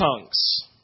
tongues